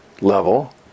level